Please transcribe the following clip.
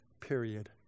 Period